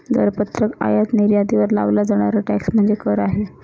दरपत्रक आयात निर्यातीवर लावला जाणारा टॅक्स म्हणजे कर आहे